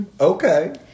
okay